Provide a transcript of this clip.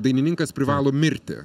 dainininkas privalo mirti